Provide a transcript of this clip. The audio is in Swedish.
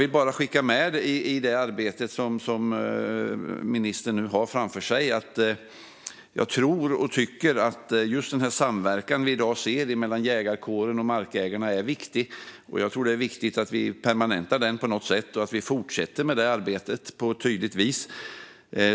Till det arbete som ministern nu har framför sig vill jag skicka med att den samverkan som i dag sker mellan jägarkåren och markägarna är viktig. Jag tror att det är viktigt att vi permanentar den på något sätt och fortsätter med det arbetet på ett tydligt vis.